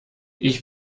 ich